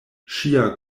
ŝia